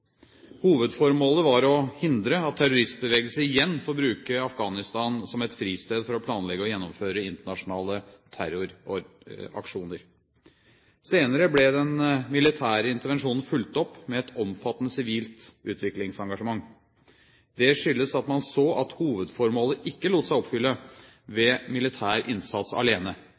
Hovedformålet var å hindre at terroristbevegelser igjen får bruke Afghanistan som et fristed for å planlegge og gjennomføre internasjonale terroraksjoner. Senere ble den militære intervensjonen fulgt opp med et omfattende sivilt utviklingsengasjement. Det skyldes at man så at hovedformålet ikke lot seg oppfylle ved militær innsats alene